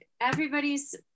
everybody's